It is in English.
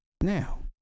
Now